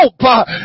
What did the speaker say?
hope